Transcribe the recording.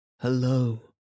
Hello